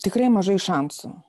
tikrai mažai šansų